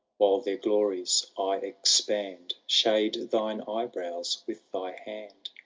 while their glories i expand, shade thine eyebrows with thy hand.